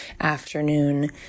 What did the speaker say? afternoon